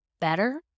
better